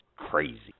crazy